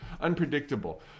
unpredictable